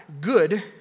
good